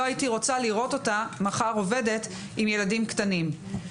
לא הייתי רוצה לראות אותה מחר עובדת עם ילדים קטנים.